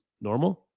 normal